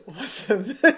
awesome